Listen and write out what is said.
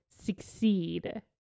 succeed